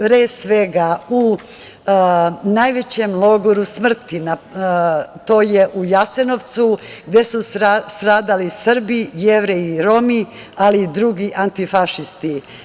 Pre svega, u najvećem logoru smrti, to je u Jasenovcu, gde su stradali Srbi, Jevreji i Romi, ali i drugi antifašisti.